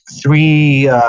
three